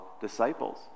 disciples